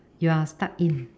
you are stuck in